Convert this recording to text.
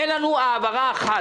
אין לנו העברה אחת.